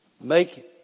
Make